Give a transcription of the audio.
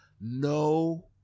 no